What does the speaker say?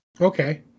okay